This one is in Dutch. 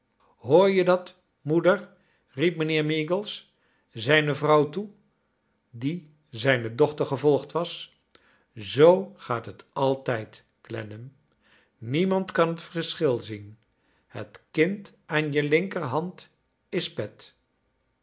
hoor je dat moeder riep mijnheer meagles zijne vrouw toe die zijne doohter gevolgd was zoo gaat het altijd clennam niemand kan het verschil zien het kind aan je linker hand is pet